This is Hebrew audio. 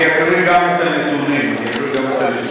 אני מבקש, אני מאוד מבקש,